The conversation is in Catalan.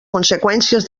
conseqüències